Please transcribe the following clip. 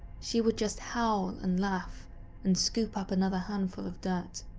she would just howl and and laugh and scoop up another handful of dirt.